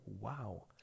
wow